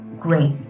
great